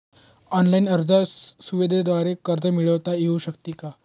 Online अर्ज सुविधांद्वारे कर्ज मिळविता येऊ शकते का?